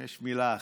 יש מילה אחת,